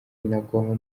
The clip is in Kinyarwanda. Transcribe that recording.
binagwaho